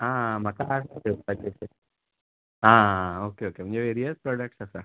आं आं म्हाका आसा घेवपाचे आं आं ओके ओके म्हणजे रियल प्रोडक्ट आसा